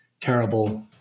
terrible